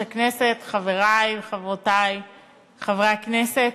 חברי וחברותי חברי הכנסת,